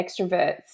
extroverts